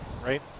right